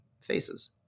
faces